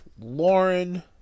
Lauren